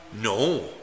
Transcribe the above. No